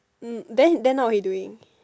mm then then now what he doing